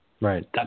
Right